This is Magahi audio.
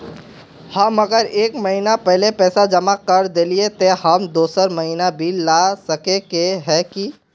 हम अगर एक महीना पहले पैसा जमा कर देलिये ते हम दोसर महीना बिल ला सके है की?